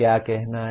क्या कहना है